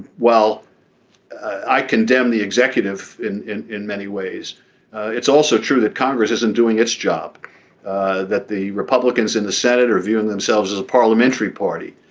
while i condemn the executive in in many ways it's also true that congress isn't doing its job that the republicans in the senate are viewing themselves as a parliamentary party.